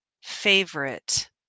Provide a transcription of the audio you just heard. favorite